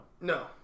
No